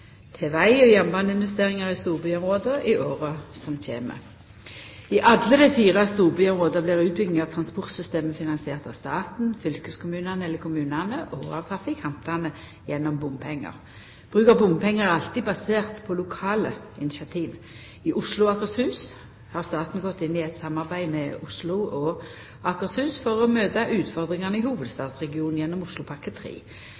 til veg- og jernbaneinvesteringar i storbyområda i åra som kjem. I alle dei fire storbyområda blir utbygginga av transportsystemet finansiert av staten, fylkeskommunane eller kommunane og av trafikantane gjennom bompengar. Bruk av bompengar er alltid basert på lokale initiativ. I Oslo og Akershus har staten gått inn i eit samarbeid med Oslo og Akershus for å møta utfordringane i